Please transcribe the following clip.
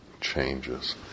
changes